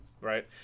right